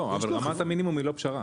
אבל רמת המינימום היא לא פשרה.